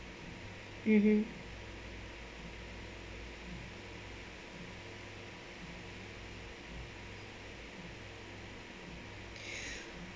mmhmm